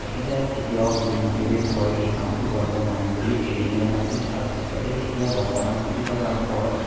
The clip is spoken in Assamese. তেখেতে কেতিয়াও ডিম'টিভেট হৈ এই কামটো কৰিব নোৱাৰিম বুলি এৰি দিয়া নাছিল আৰু তেখেতে এতিয়া বৰ্তমান কোটি টকাৰ ওপৰত